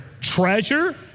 treasure